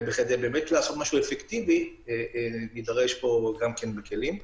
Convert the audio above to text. כדי לעשות משהו אפקטיבי נידרש לכלים.